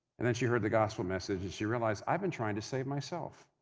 and then she heard the gospel message and she realized, i've been trying to save myself.